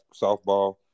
softball